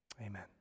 Amen